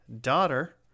daughter